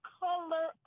color